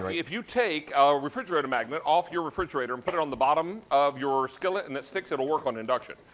um if you take ah a refrigerator magnet off your refrigerator and put it on the bottom of your skillet and it sticks, it will work on induction.